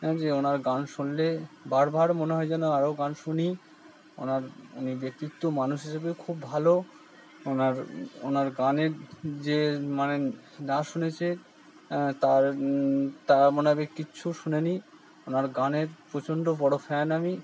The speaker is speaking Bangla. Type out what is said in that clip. এবং যে ওনার গান শুনলে বারবার মনে হয় যেন আরও গান শুনি ওনার উনি ব্যক্তিত্ব মানুষ হিসেবেও খুব ভালো ওনার ওনার গানের যে মানে না শুনেছে তার তার মনে হবে কিচ্ছু শুনে নি ওনার গানের প্রচণ্ড বড়ো ফ্যান আমি